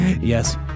yes